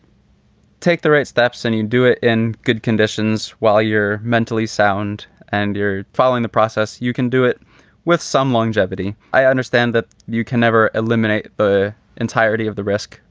take the right steps and you do it in good conditions while you're mentally sound and you're following the process. you can do it with some longevity. i understand that you can never eliminate the entirety of the risk,